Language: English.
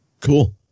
Cool